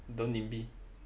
don't nimby